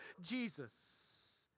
Jesus